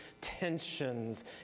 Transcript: tensions